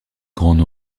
grande